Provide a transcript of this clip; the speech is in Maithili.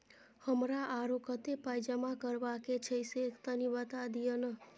हमरा आरो कत्ते पाई जमा करबा के छै से तनी बता दिय न?